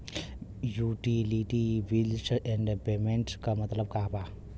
Utility bills and payments क मतलब का बा?